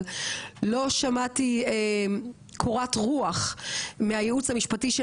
אבל לא שמעתי קורת רוח מהייעוץ המשפטי של